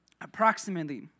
approximately